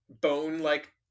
bone-like